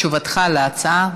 תשובתך על ההצעה.